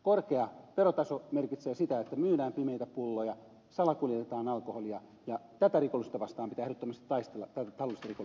korkea verotaso merkitsee sitä että myydään pimeitä pulloja salakuljetetaan alkoholia ja tätä rikollisuutta vastaan pitää ehdottomasti taistella talousrikollisuutta vastaan